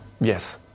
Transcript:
Yes